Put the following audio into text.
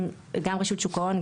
גם שוק ההון,